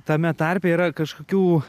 tame tarpe yra kažkokių